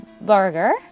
Burger